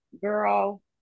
girl